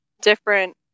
different